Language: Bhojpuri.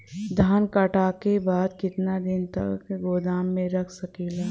धान कांटेके बाद कितना दिन तक गोदाम में रख सकीला?